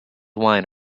wine